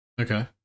Okay